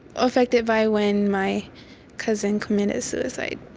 affected by when my cousin committed suicide.